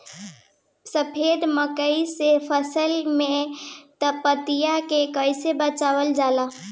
सफेद मक्खी से फसल के पतिया के कइसे बचावल जाला?